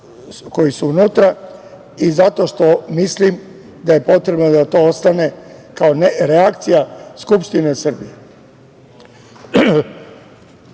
koji su unutra i zato što mislim da je potrebno da to ostane kao reakcija Skupštine Srbije.